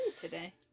today